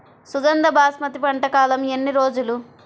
సుగంధ బాస్మతి పంట కాలం ఎన్ని రోజులు?